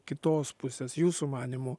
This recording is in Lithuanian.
kitos pusės jūsų manymu